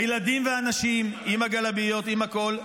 הילדים והנשים עם הגלביות, עם הכול,